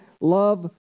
love